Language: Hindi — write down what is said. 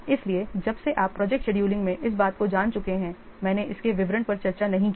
इसलिए जब से आप प्रोजेक्ट शेड्यूलिंग में इस बात को जान चुके हैं मैंने इसके विवरण पर चर्चा नहीं की है